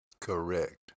Correct